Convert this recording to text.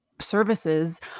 services